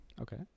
Okay